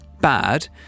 bad